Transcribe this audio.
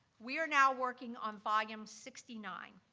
we are now working on volume sixty nine.